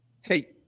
Hey